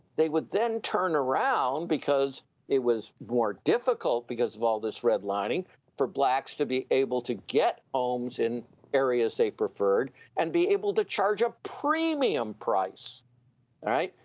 they would then turn around, because it was more difficult because of all this redlining for blacks to be able to get homes in areas they preferred, and be able to charge a premium price. all right.